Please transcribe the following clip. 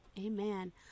amen